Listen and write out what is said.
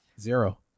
Zero